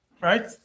right